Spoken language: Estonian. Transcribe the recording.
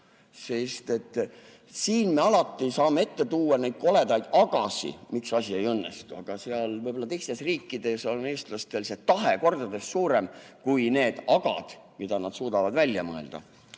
Siin me alati saame ette tuua neid koledaid agasid, miks asi ei õnnestu, aga võib-olla teistes riikides on eestlastel see tahe kordades suurem kui need agad, mida nad suudavad välja mõelda.